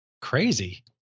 crazy